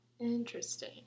Interesting